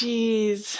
Jeez